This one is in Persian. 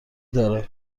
دارم